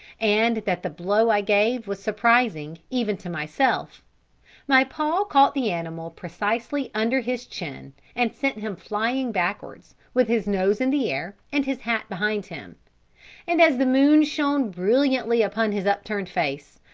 and that the blow i gave was surprising even to myself my paw caught the animal precisely under his chin, and sent him flying backwards, with his nose in the air and his hat behind him and as the moon shone brilliantly upon his upturned face,